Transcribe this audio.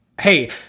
Hey